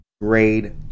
grade